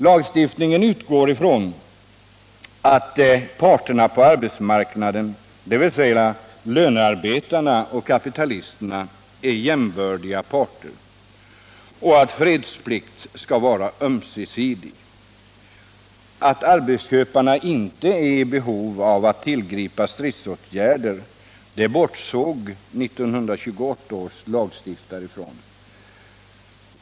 Lagstiftningen utgår från att parterna på arbetsmarknaden, dvs. lönarbetarna och kapitalisterna, är jämbördiga och att fredsplikt skall vara ömsesidig. Attarbetsköparna inte är i behov av att tillgripa stridsåtgärder bortsåg 1928 års lagstiftare från.